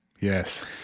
Yes